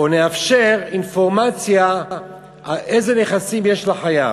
או: נאפשר אינפורמציה אילו נכסים יש לחייב.